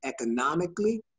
economically